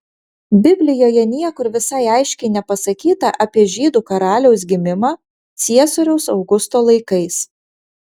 biblijoje niekur visai aiškiai nepasakyta apie žydų karaliaus gimimą ciesoriaus augusto laikais